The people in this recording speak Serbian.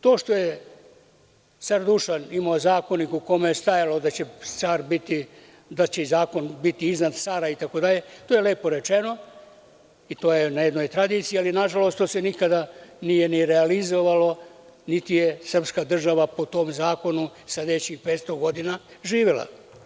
To što je car Dušan imao Zakonik u kome je stajalo da će zakon biti iznad cara itd, to je lepo rečeno i to je na tradiciji, ali nažalost to se nikada nije realizovalo, niti je srpska država po tom zakonu, u sledećih 500 godina, živela.